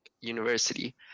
university